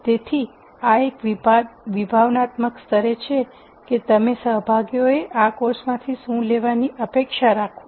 તેથી આ એક વિભાવનાત્મક સ્તરે છે કે તમે સહભાગીઓએ આ કોર્સમાંથી શું લેવાની અપેક્ષા રાખશો